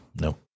No